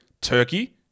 turkey